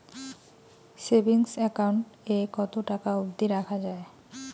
Savings account এ কতো টাকা অব্দি রাখা যায়?